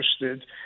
interested